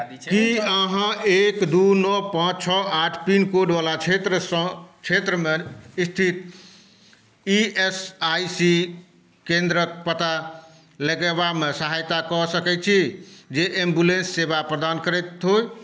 की अहाँ एक दू नओ पांच छओ आठ पिनकोड वला क्षेत्रसँ क्षेत्रमे स्थित ई एस आई सी केंद्रक पता लगयबामे सहायता कऽ सकै छी जे एम्बुलेंस सेवा प्रदान करैत होइ